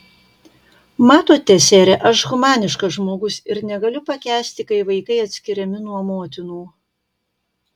matote sere aš humaniškas žmogus ir negaliu pakęsti kai vaikai atskiriami nuo motinų